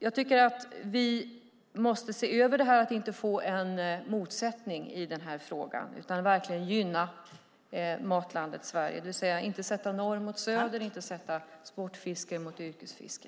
Jag tycker att vi måste se över detta så att vi inte får en motsättning i frågan utan verkligen gynnar Matlandet Sverige. Vi ska inte ställa norr mot söder eller sportfiske mot yrkesfiske.